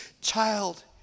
child